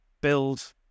build